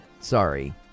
Sorry